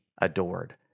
adored